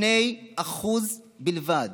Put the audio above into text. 2% בלבד.